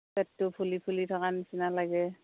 পটটো ফুলি ফুলি থকা নিচিনা লাগে